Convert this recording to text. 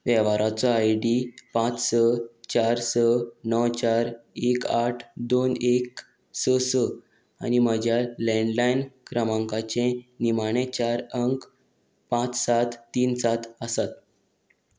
वेव्हाराचो I D पांच स चार स णव चार एक आठ दोन एक स स आनी म्हज्या लेंडलायन क्रमांकाचें निमाणें चार अंक पांच सात तीन सात आसात